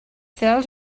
fell